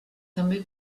també